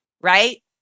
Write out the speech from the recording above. right